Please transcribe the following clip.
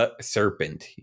serpent